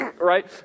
right